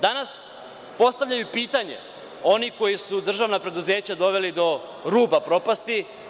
Danas postavljaju pitanja oni koji su državna preduzeća doveli do ruba propasti.